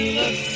look